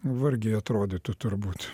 vargiai atrodytų turbūt